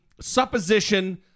supposition